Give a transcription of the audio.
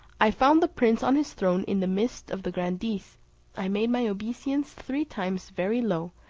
i found the prince on his throne in the midst of the grandees i made my obeisance three times very low,